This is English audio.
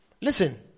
Listen